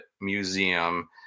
Museum